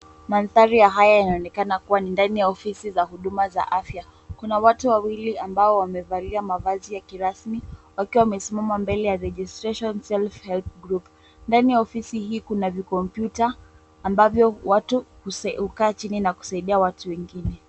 Mandhari ya haya yanaonekana kuwa ni ndani ya ofisi za huduma za afya. Kuna watu wawili ambao wamevalia mavazi ya kirasmi wakiwa wamesimama mbele ya registration self help group . Ndani ya ofisi hii kuna vikompyuta mabavyo watu hukaa chini na kusaidia watu wengine.